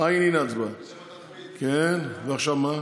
את הנושא לוועדה הזמנית לענייני כספים